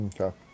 Okay